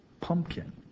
Pumpkin